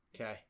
Okay